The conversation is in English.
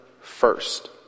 first